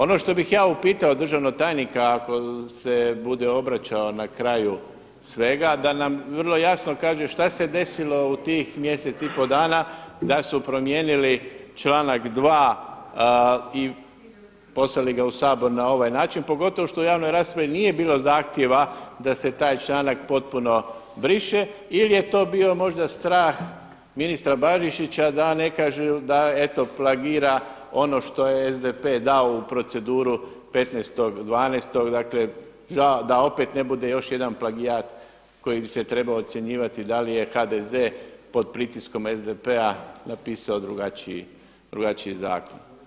Ono što bih ja upitao državnog tajnika ako se bude obraćao na kraju svega, da nam vrlo jasno kaže što se desilo u tih mjesec i pol dana da su promijenili članak 2. i poslali ga u Sabor na ovaj način, pogotovo što u javnoj raspravi nije bilo zahtjeva da se taj članak potpuno briše ili je to bio možda strah ministra Barišića da ne kažu da eto plagira ono što je SDP-e dao u proceduru 15.12. dakle, da opet ne bude još jedan plagijat koji bi se trebao ocjenjivati da li je HDZ-e pod pritiskom SDP-a napisao drugačiji zakon.